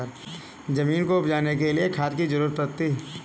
ज़मीन को उपजाने के लिए खाद की ज़रूरत पड़ती है